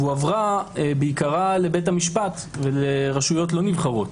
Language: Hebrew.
והועברה בעיקרה לבית המשפט ולרשויות לא נבחרות.